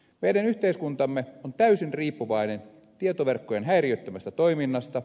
meidän yhteiskuntamme on täysin riippuvainen tietoverkkojen häiriöttömästä toiminnasta